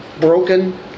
broken